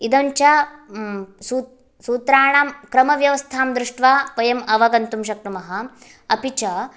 इदं च सूत्राणां क्रमव्यवस्थां दृष्ट्वा वयं अवगन्तुम् शक्नुमः अपि च